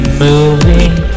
moving